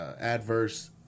adverse